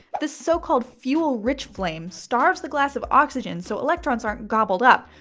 this so-called fuel-rich flame starves the glass of oxygen so electrons aren't gobbled up,